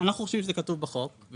אנחנו חושבים שזה כתוב בחוק,